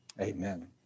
Amen